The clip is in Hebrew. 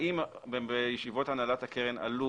האם בישיבות הנהלת הקרן עלו